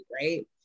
right